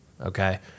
Okay